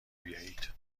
بیایید